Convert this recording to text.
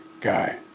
guy